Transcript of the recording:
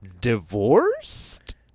divorced